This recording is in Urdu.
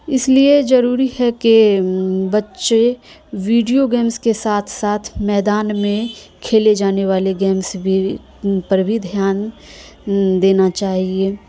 اس لیے ضروری ہے کہ بچے ویڈیو گیمز کے ساتھ ساتھ میدان میں کھیلے جانے والے گیمز بھی پر بھی دھیان دینا چاہیے